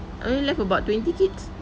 only left about twenty kids